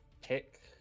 pick